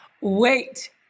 wait